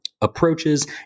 approaches